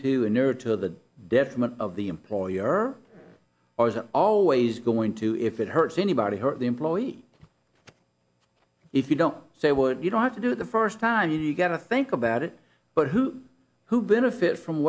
to a nerd to the detriment of the employer or is it always going to if it hurts anybody hurt the employee if you don't say would you don't have to do the first time you got to think about it but who who benefit from